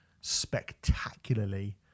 spectacularly